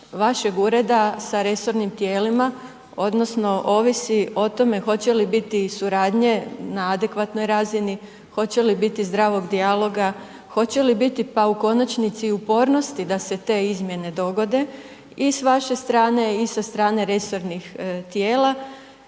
vašeg ureda sa resornim tijelima, odnosno ovisi o tome hoće li biti i suradnje na adekvatnoj razini, hoće li biti zdravog dijaloga, hoće li biti, pa u konačnici i upornosti da se te izmjene dogode i s vaše strane i sa strane resornih tijela